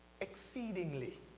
exceedingly